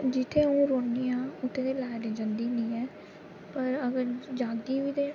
जित्थै अ'ऊं रौह्न्नी आं उत्थै ते लाइट जंदी गै निं ऐं पर अगर जंदी बी ते